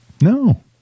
no